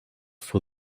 for